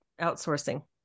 outsourcing